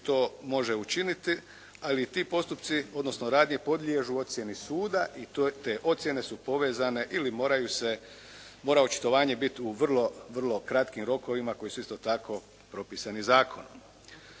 to može učiniti, ali i ti postupci, odnosno radnje podliježu ocjeni suda i te ocjene su povezane ili mora očitovanje biti u vrlo vrlo kratkim rokovima koji su isto tako propisani zakonom.